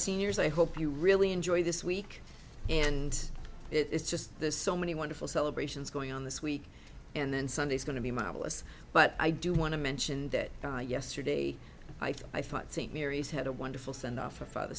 seniors i hope you really enjoy this week and it's just there's so many wonderful celebrations going on this week and then sunday is going to be my list but i do want to mention that yesterday i thought st mary's had a wonderful sendoff for father